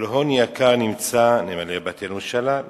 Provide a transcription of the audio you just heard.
כל הון יקר נמצא נמלא בתינו שלל"